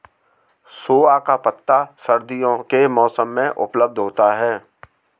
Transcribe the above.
सोआ का पत्ता सर्दियों के मौसम में उपलब्ध होता है